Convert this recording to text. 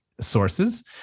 sources